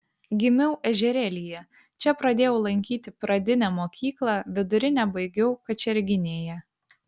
gimiau ežerėlyje čia pradėjau lankyti pradinę mokyklą vidurinę baigiau kačerginėje